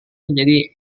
menjadi